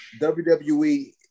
WWE